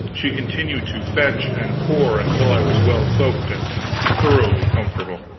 she continued to fetch and pour until i was well soaked and thoroughly comfortable.